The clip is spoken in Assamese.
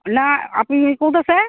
না আপুনি ক'ত আছে